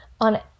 on